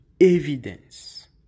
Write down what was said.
evidence